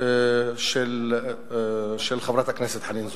של חברת הכנסת חנין זועבי.